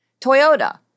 Toyota